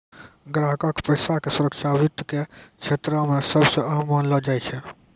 ग्राहको के पैसा के सुरक्षा वित्त के क्षेत्रो मे सभ से अहम मानलो जाय छै